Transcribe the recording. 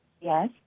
Yes